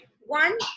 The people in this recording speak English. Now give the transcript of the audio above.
One